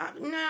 no